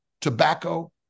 tobacco